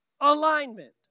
alignment